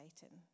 Satan